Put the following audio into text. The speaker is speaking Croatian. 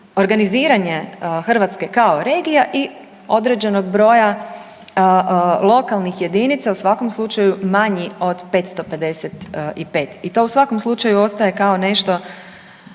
organiziranje Hrvatske kao regija i određenog broja lokalnih jedinica u svakom slučaju manji od 555. I to u svakom slučaju ostaje kao nešto